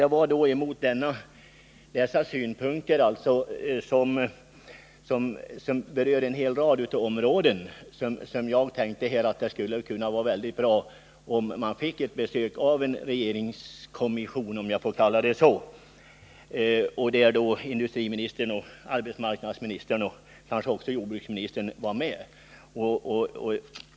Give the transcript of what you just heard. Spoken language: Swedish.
Mot bakgrund av dessa mina synpunkter, som ju berör en hel rad områden, tycker jag det vore värdefullt om Värmland skulle kunna besökas av en regeringskommission, om jag får kalla det så. I den skulle alltså förutom statsministern kunna ingå industriministern, arbetsmarknadsministern och kanske också jordbruksministern.